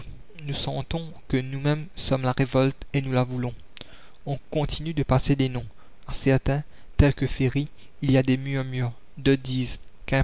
nous sentons que nous-mêmes sommes la révolte et nous la voulons on continue de passer des noms à certains tels que ferry il y a des